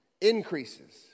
increases